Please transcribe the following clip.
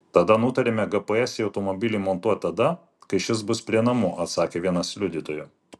tada nutarėme gps į automobilį įmontuoti tada kai šis bus prie namų sakė vienas liudytojų